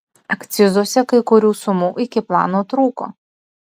akcizuose kai kurių sumų iki plano trūko